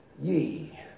ye